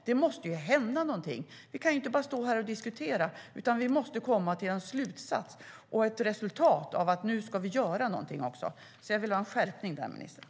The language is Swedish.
Det måste hända något. Vi kan inte bara stå här och diskutera, utan vi måste komma till en slutsats och ett resultat att vi nu ska göra något också. Jag vill ha en skärpning här, ministern.